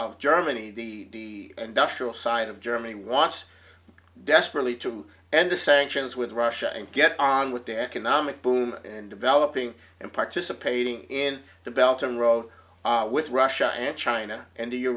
germany the industrial side of germany wants desperately to end the sanctions with russia and get on with the economic boom and developing and participating in the belgium wrote with russia and china and to your